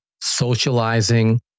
socializing